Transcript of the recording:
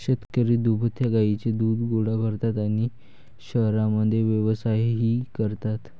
शेतकरी दुभत्या गायींचे दूध गोळा करतात आणि शहरांमध्ये व्यवसायही करतात